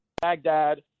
Baghdad